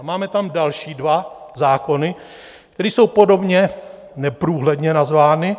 Máme tam další dva zákony, které jsou podobě neprůhledně nazvány.